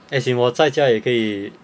as in 我在家里可以